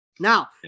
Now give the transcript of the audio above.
Now